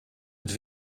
het